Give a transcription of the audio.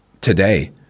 today